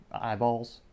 eyeballs